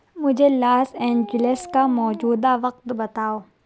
مجھے Los Angeles کا موجودہ وقت بتاؤ